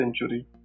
century